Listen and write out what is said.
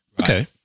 Okay